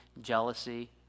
jealousy